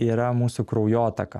yra mūsų kraujotaka